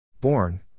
Born